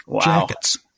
jackets